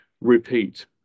repeat